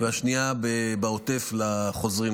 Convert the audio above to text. והשנייה בעוטף לחוזרים,